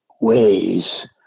ways